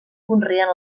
conreen